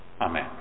amen